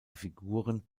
figuren